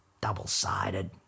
double-sided